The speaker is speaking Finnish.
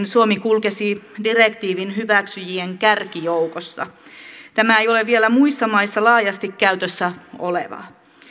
suomi kulkisi direktiivin hyväksyjien kärkijoukossa tämä ei ole vielä muissa maissa laajasti käytössä oleva